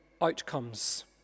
outcomes